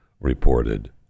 reported